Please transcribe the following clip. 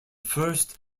first